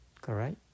Correct